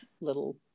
little